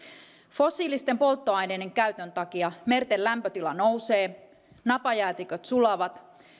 fossiilisten polttoaineiden käytön takia merten lämpötila nousee napajäätiköt sulavat